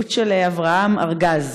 עדות של אברהם ארגז: